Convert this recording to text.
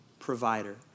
provider